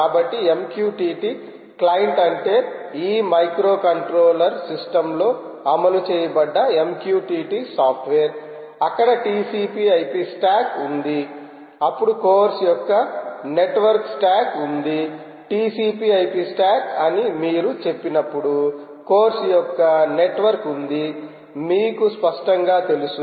కాబట్టి MQTT client అంటే ఈ మైక్రోకంట్రోలర్ సిస్టమ్లో అమలు చేయబడ్డ MQTT సాఫ్ట్వేర్ అక్కడ TCP IP స్టాక్ ఉంది అప్పుడు కోర్సు యొక్క నెట్వర్క్ స్టాక్ ఉంది TCP IP స్టాక్ అని మీరు చెప్పినప్పుడు కోర్సు యొక్క నెట్వర్క్ ఉంది మీకు స్పష్టంగా తెలుసు